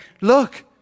Look